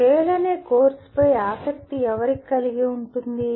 ఎవరు టేల్ అనే కోర్సుపై ఆసక్తి ఎవరికి ఉంటుంది